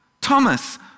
Thomas